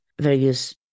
various